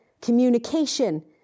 communication